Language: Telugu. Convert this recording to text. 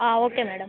ఆ ఓకే మేడమ్